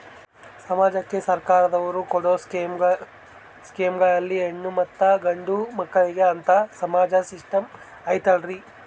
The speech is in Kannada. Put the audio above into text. ಸಮಾಜಕ್ಕೆ ಸರ್ಕಾರದವರು ಕೊಡೊ ಸ್ಕೇಮುಗಳಲ್ಲಿ ಹೆಣ್ಣು ಮತ್ತಾ ಗಂಡು ಮಕ್ಕಳಿಗೆ ಅಂತಾ ಸಮಾನ ಸಿಸ್ಟಮ್ ಐತಲ್ರಿ?